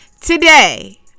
Today